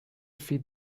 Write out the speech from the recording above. feed